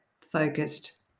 focused